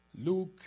Luke